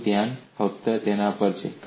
મારું ધ્યાન ફક્ત તેના પર છે